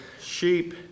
sheep